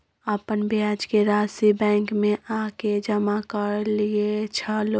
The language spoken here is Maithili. अपन ब्याज के राशि बैंक में आ के जमा कैलियै छलौं?